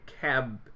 cab